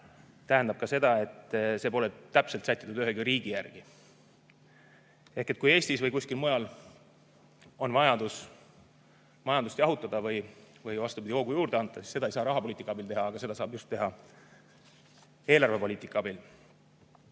tähendab ka seda, et see pole täpselt sätitud ühegi riigi järgi. Ehk kui Eestis või kuskil mujal on vajadus majandust jahutada või vastupidi, hoogu juurde anda, siis seda ei saa teha rahapoliitika abil, vaid seda saab teha just eelarvepoliitika abil.